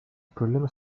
problema